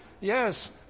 Yes